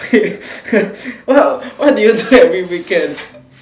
what what do you do every weekend